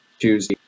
choose